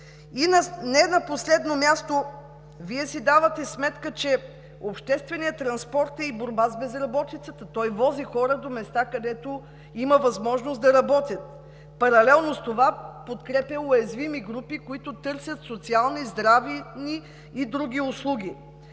И не на последно място, Вие си давате сметка, че общественият транспорт е и борба с безработицата. Той вози хора до места, където има възможност да работят, паралелно с това подкрепя уязвими групи, които търсят социални, здравни и други услуги.